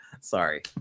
sorry